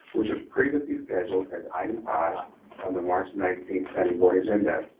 which was previously scheduled as item five of the march nineteenth planning board agenda.